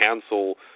cancel